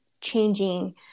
changing